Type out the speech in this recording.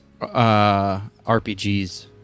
RPGs